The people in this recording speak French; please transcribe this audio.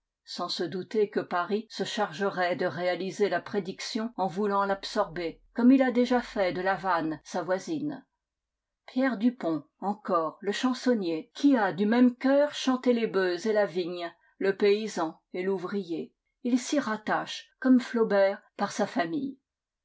sans se douter que paris se chargerait de réaliser la prédiction en voulant l'absorber comme il a déjà fait de la vanne sa voisine pierre dupont encore le chansonnier qui a du même cœur chanté les bœufs et la vigne le paysan et l'ouvrier il s'y rattache comme flaubert par sa famille